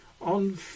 on